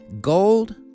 gold